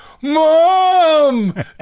Mom